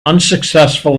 unsuccessful